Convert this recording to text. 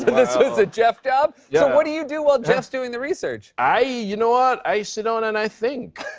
this is a jeff job? yeah. what do you do while jeff's doing the research? i you know what? i sit on and i think.